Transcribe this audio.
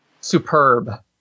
superb